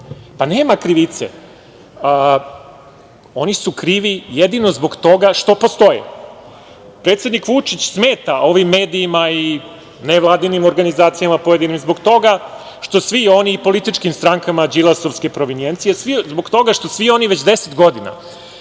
Pa, nema krivice. Oni su krivi jedino zbog toga što postoje. Predsednik Vučić smeta ovim medijima i pojedinim nevladinim organizacijama zbog toga što svi oni i političkim strankama đilasovske provinijencije, zbog toga što svi oni već 10 godina